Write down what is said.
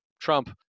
Trump